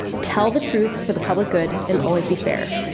tell the truth for the public good and always be fair.